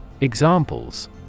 Examples